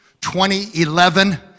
2011